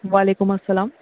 وعلیکم السلام